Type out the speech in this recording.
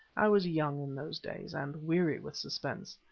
i was young in those days and weary with suspense.